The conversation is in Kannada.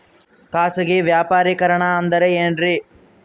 ಖಾಸಗಿ ವ್ಯಾಪಾರಿಕರಣ ಅಂದರೆ ಏನ್ರಿ?